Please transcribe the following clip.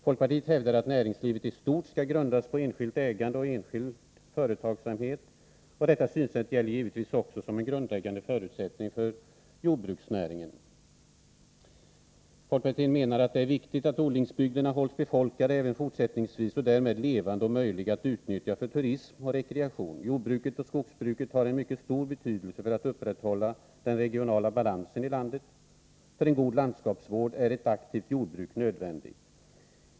Folkpartiet hävdar att näringslivet i stort skall grundas på enskilt ägande och enskild företagsamhet. Detta synsätt gäller givetvis också som en grundläggande förutsättning för jordbruksnäringen. Folkpartiet menar att det är viktigt att odlingsbygderna hålls befolkade även fortsättningsvis och därmed levande och möjliga att utnyttja för turism och rekreation. Jordbruket och skogsbruket har en mycket stor betydelse för att upprätthålla den regionala balansen i landet. För en god landskapsvård är ett aktivt jordbruk nödvändigt.